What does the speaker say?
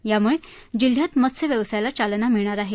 त्यामुळे जिल्ह्यात मत्सव्यवसायला चालना मिळणार आहे